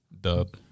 Dub